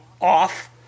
off